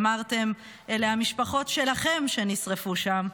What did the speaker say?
אמרתם: "אלה המשפחות שלכם שנשרפו שם",